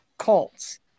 cults